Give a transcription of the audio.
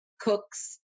cooks